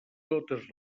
totes